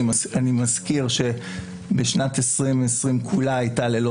אני מזכיר ששנת 2020 כולה הייתה ללא